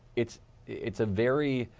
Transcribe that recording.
it's it's a very